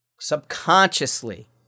subconsciously